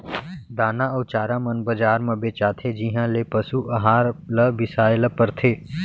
दाना अउ चारा मन बजार म बेचाथें जिहॉं ले पसु अहार ल बिसाए ल परथे